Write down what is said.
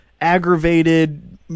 aggravated